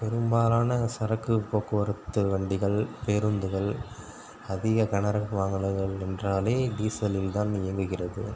பெரும்பாலான சரக்கு போக்குவரத்து வண்டிகள் பேருந்துகள் அதிக கனரக வாகனங்கள் என்றாலே டீசலில் தான் இயங்குகிறது